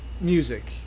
music